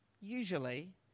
usually